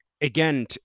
Again